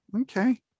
Okay